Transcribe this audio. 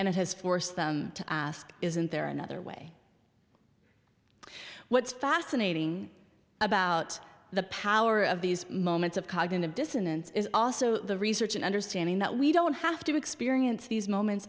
and it has forced them to ask isn't there another way what's fascinating about the power of these moments of cognitive dissonance is also the research and understanding that we don't have to experience these moments